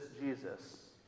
Jesus